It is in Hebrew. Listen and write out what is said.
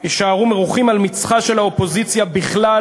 יישארו מרוחים על מצח האופוזיציה בכלל